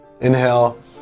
Inhale